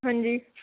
ਹਾਂਜੀ